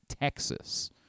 texas